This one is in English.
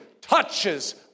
touches